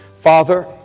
Father